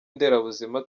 nderabuzima